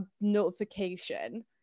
notification